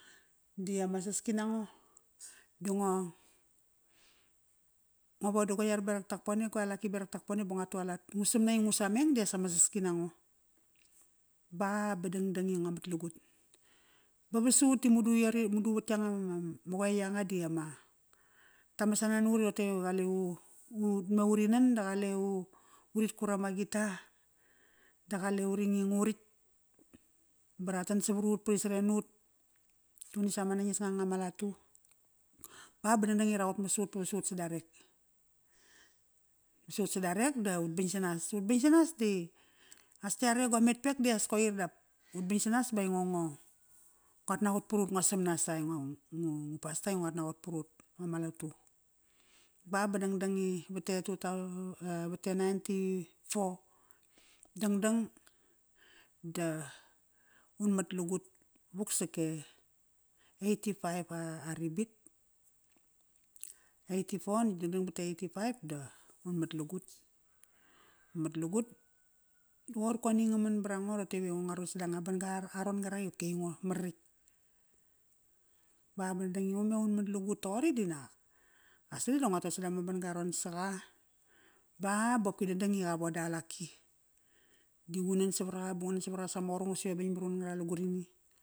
Diama saski nango, da ngo, nga vo da go iar berak Takpone, gua laki berak Takpone ba ngua tualat. Ngu samna i ngu sameng di as ama saski nango. Ba, ba dangdang i ngua mat lagut. Ba vasut ti madu yare madu vat yanga ma qoe yanga diama, ta masana nut i roqote i qale u, u, utme uri nan da qale u, uritkut ama guitar. Da qale uri nging uritk. Ba ratan savarut ba ri saren nut. Tuqun i sa ma nangisnga anga ma latu. Ba, ba dangdang i ra qutmas ut pa vasut sadarek. Vasut sadarek dut bing sanas. Ut bing sanas di as yare go metpek di as koir dap ut bing sanas bai ngo ngo nguat naqot parut ngua samna sa i ngu, ngu pastor i nguat naqot parut vama latu. Ba, ba dangdang i vat e e vat e nineteen ninety-four. Dangdang da un mat lagut vuk sak e eighty-five a ribit. Eighty-four natk dadang vat e eighty-five da un mat lagut. Un mat lagut da qoir koni nga man barango roqote ve ngorom sadanga banga a aron qarak i qopki aingo mararitk. Ba, ba dangdang i unme unmat lugut toqori dinak as dangdang da ngo ton sada ma ban-ga aron saqa ba baqopki dangdang i qavoda alaki. Di ngunan savaraqa ba ngu nan savaraqa sama qurungas iva bing marun ngara lugurini.